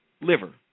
liver